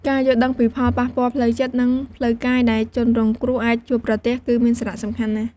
ការយល់ដឹងពីផលប៉ះពាល់ផ្លូវចិត្ត និងផ្លូវកាយដែលជនរងគ្រោះអាចជួបប្រទះ គឺមានសារៈសំខាន់ណាស់។